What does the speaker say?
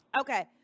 Okay